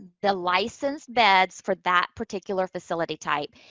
the licensed beds for that particular facility type.